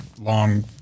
long